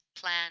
plan